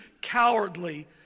cowardly